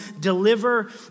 deliver